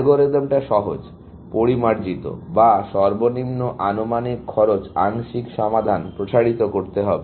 algorithm টা সহজ পরিমার্জিত বা সর্বনিম্ন আনুমানিক খরচ আংশিক সমাধান প্রসারিত করতে হবে